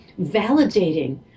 validating